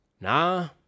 Nah